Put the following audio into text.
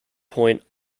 point